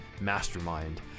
mastermind